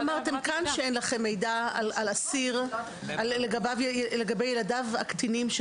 אתם אמרתם כאן שאין לכם מידע על אסיר או אסירה לגבי ילדיהם הקטינים.